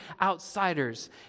outsiders